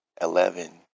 Eleven